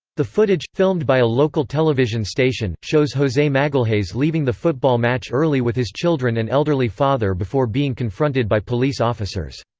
the footage, filmed by a local television station, shows jose magalhaes leaving the football match early with his children and elderly father before being confronted by police officers.